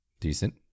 Decent